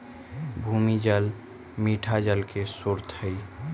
भूमिगत जल मीठा जल के स्रोत हई